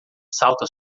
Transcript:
salta